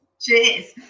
Cheers